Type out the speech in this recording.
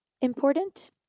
important